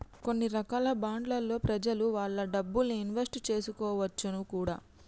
కొన్ని రకాల బాండ్లలో ప్రెజలు వాళ్ళ డబ్బుల్ని ఇన్వెస్ట్ చేసుకోవచ్చును కూడా